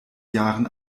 jahren